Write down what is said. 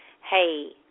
hey